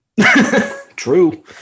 True